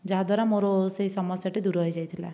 ଯାହାଦ୍ଵାରା ମୋର ସେହି ସମସ୍ୟାଟି ଦୂର ହୋଇଯାଇଥିଲା